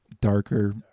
darker